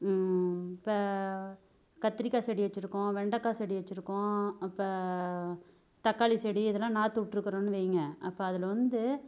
இப்போ கத்திரிக்காய் செடி வச்சிருக்கோம் வெண்டக்காய் செடி வச்சிருக்கோம் இப்போ தக்காளி செடி இதெல்லாம் நாற்று விட்ருக்குறோம்னு வைங்க அப்போ அதில் வந்து